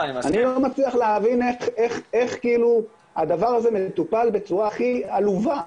אני לא מצליח להבין איך הדבר הזה מטופל בצורה הכי עלובה,